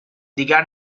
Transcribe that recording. دیگر